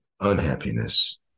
unhappiness